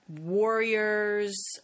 warriors